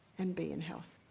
and be in health,